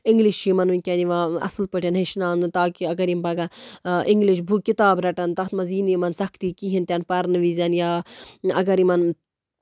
English چھُ یِمن ونکیٚن یِوان اَصٕل پٲٹھۍ ہٮ۪چھناونہٕ تاکہِ اَگر یِم پَگہہ اِنگلِش بُک کِتاب رَٹن تَتھ منٛز یی نہٕ یِمن سَختی کِہینۍ تہِ نہٕ پَرنہٕ وِزِ یا اَگر یِمن